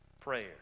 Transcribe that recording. prayer